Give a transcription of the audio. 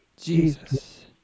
Jesus